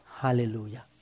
Hallelujah